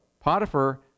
Potiphar